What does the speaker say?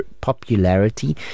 popularity